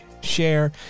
share